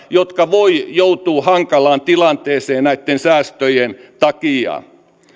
jotka voivat joutua hankalaan tilanteeseen näitten säästöjen takia